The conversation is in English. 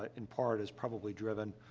ah in part, it's probably driven,